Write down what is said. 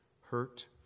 hurt